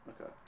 Okay